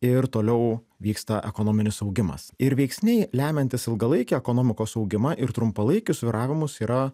ir toliau vyksta ekonominis augimas ir veiksniai lemiantys ilgalaikį ekonomikos augimą ir trumpalaikius svyravimus yra